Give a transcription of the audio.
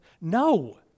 No